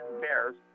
Bears